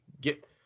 get